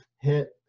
hit